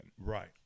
Right